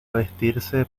vestirse